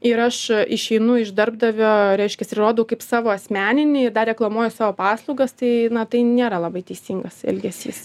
ir aš išeinu iš darbdavio reiškias ir rodau kaip savo asmeninį ir dar reklamuoju savo paslaugas tai na tai nėra labai teisingas elgesys